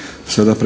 Hvala.